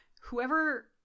Whoever